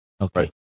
Okay